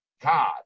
God